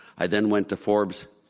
i then went to forbes.